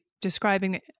describing